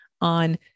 on